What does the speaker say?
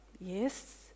Yes